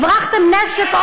הברחתם נשק,